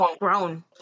grown